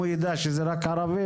אם הוא יידע שזה רק ערבים,